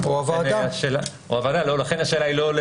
אבל אם הוועדה או המליאה לא נתנו אישור למעבר